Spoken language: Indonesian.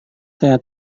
saya